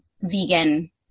vegan